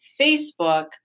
Facebook